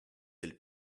del